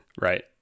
Right